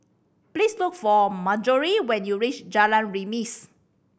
please look for Marjory when you reach Jalan Remis